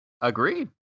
Agreed